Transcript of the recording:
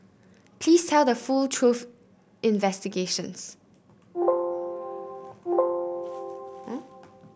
please tell the full truth investigations